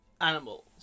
Animals